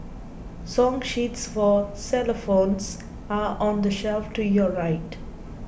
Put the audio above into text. song sheets for xylophones are on the shelf to your right